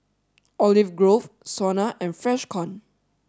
Olive Grove SONA and Freshkon